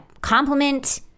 compliment